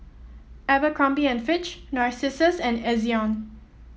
Abercrombie and Fitch Narcissus and Ezion